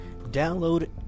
Download